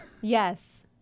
Yes